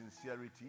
sincerity